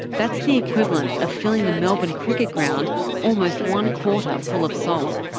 that's the equivalent of filling the melbourne cricket ground almost one-quarter full of salt.